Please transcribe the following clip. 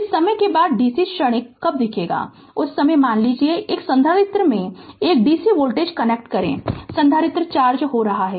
इस विषय के बाद डीसी क्षणिक कब देखेंगे उस समय मान लीजिए एक संधारित्र में एक dc वोल्टेज कनेक्ट करें संधारित्र चार्ज हो रहा है